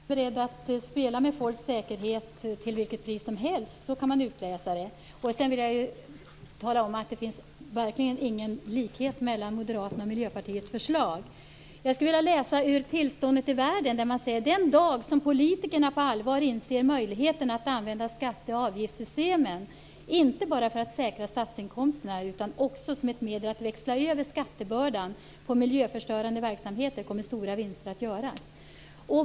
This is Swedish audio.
Fru talman! Anders Sundström är alltså beredd att spela med människors säkerhet till vilket pris som helst. Så kan man utläsa det. Sedan vill jag ju tala om att det verkligen inte finns någon likhet mellan Moderaternas och Miljöpartiets förslag. Jag skulle vilja läsa ur Tillståndet i världen. Där säger man: Den dag som politikerna på allvar inser möjligheten att använda skatte och avgiftssystemen, inte bara för att säkra statsinkomsterna, utan också som ett medel för att växla över skattebördan på miljöförstörande verksamheter, kommer stora vinster att göras.